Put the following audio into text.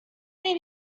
mean